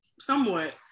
somewhat